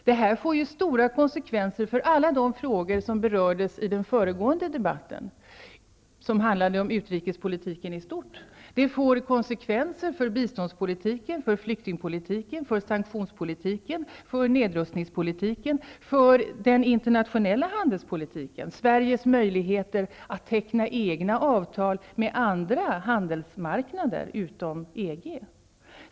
Detta får ju stora konsekvenser för alla de frågor som berördes i den föregående debatten, som handlade om utrikespolitiken i stort. Det får konsekvenser för biståndspolitiken, för flyktingpolitiken, för sanktionspolitiken, för nedrustningspolitiken och för den internationella handelspolitiken -- för Sveriges möjligheter att teckna egna avtal med andra handelsmarknader utom EG.